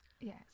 yes